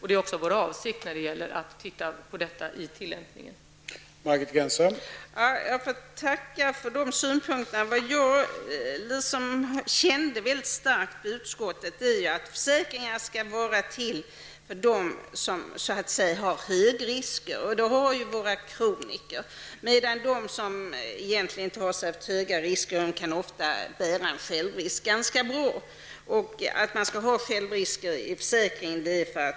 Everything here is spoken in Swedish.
Det är också vår avsikt i samband med att vi tittar på tillämpningen av reglerna.